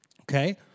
Okay